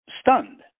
stunned